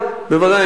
בוודאי.